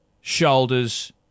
shoulders